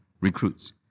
recruits